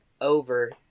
Over